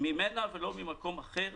ממנה ולא ממקום אחר